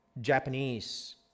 Japanese